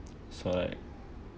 so like